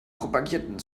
propagierten